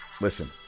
Listen